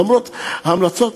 למרות ההמלצות,